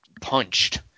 punched